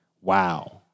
wow